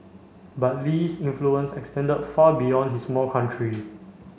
but Lee's influence extended far beyond his small country